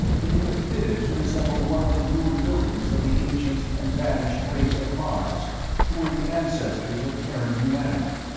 it had been fitted to resemble one of the ruined buildings of the ancient and vanished race of mars who were the ancestors of terran humanity.